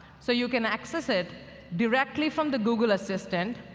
so you can access it directly from the google assistant.